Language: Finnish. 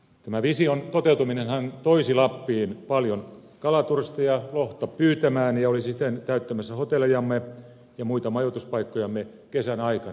tämän vision toteutuminenhan toisi lappiin paljon kalaturisteja lohta pyytämään ja olisi siten täyttämässä hotellejamme ja muita majoituspaikkojamme kesän aikana